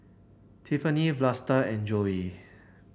Tiffany Vlasta and Joey